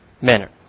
manner